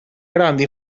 grande